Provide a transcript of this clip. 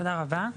תודה רבה.